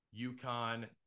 UConn